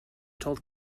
told